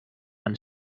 and